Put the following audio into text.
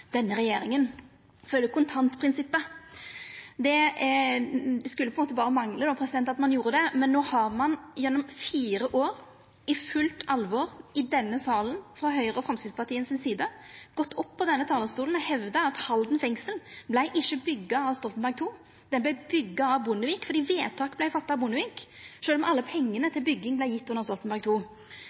denne regjeringa følgjer kontantprinsippet – det skulle på ein måte berre mangla at ikkje ein gjorde det. Men no har ein gjennom fire år i fullt alvor i denne salen frå Høgre og Framstegspartiet si side gått opp på denne talarstolen og hevda at Halden fengsel ikkje vart bygd av Stoltenberg II, det vart bygd av Bondevik, fordi vedtaket vart fatta av Bondevik sjølv om alle pengane til bygging vart gjevne under Stoltenberg